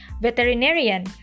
veterinarian